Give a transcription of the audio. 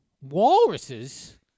Walruses